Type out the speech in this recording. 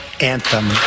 anthem